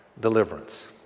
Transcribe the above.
deliverance